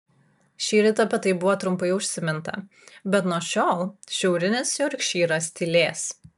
šįryt apie tai buvo trumpai užsiminta bet nuo šiol šiaurinis jorkšyras tylės